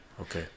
Okay